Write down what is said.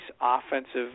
offensive